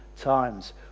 times